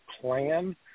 plan